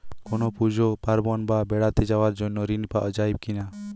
কোনো পুজো পার্বণ বা বেড়াতে যাওয়ার জন্য ঋণ পাওয়া যায় কিনা?